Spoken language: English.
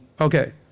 Okay